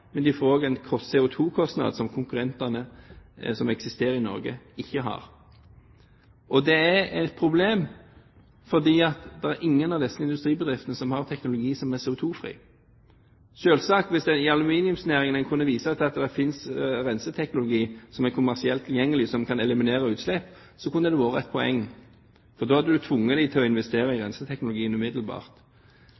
men de får også en CO2-kostnad som konkurrentene som eksisterer i Norge, ikke har. Det er et problem fordi ingen av disse industribedriftene har teknologi som er CO2-fri. Hvis man i aluminiumsnæringen kunne vise til at det finnes renseteknologi som er kommersielt tilgjengelig, og som kan eliminere utslipp, hadde det selvsagt vært et poeng, for da hadde man tvunget dem til å investere i